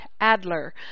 Adler